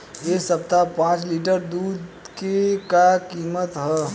एह सप्ताह पाँच लीटर दुध के का किमत ह?